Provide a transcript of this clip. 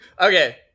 Okay